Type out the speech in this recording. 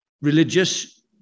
religious